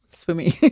Swimming